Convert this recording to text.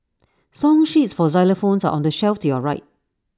song sheets for xylophones are on the shelf to your right